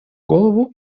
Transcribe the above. голову